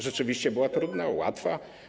Rzeczywiście była trudna, łatwa?